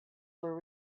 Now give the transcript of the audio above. were